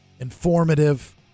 informative